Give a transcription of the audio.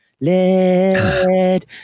Let